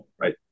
right